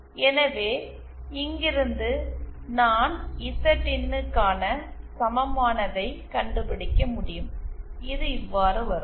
எனவே இங்கிருந்து நான் இசட் இன்னுக்கான சமமானதை கண்டுபிடிக்க முடியும் இது இவ்வாறு வரும்